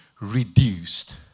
reduced